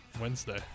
wednesday